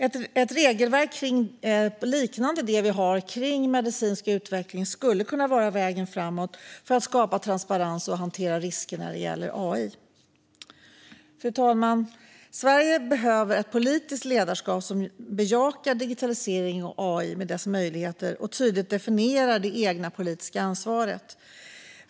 Ett liknande regelverk som det som vi redan har för medicinsk utveckling skulle kunna vara vägen framåt för att skapa transparens och hantera riskerna när det gäller AI. Fru talman! Sverige behöver ett politiskt ledarskap som bejakar möjligheterna med digitalisering och AI och tydligt definierar det egna politiska ansvaret.